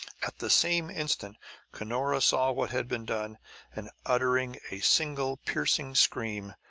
at the same instant cunora saw what had been done and uttering a single piercing scream,